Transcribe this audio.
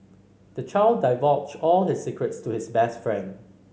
the child divulged all his secrets to his best friend